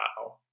Wow